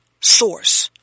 source